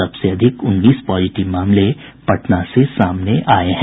सबसे अधिक उन्नीस पॉजिटिव मामले पटना से सामने आये हैं